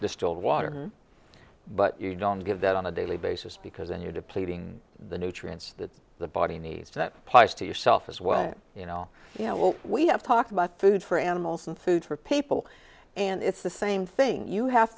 distilled water but you don't give that on a daily basis because then you depleting the nutrients that the body needs that applies to yourself as well you know we have talked about food for animals and food for people and it's the same thing you have